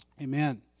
Amen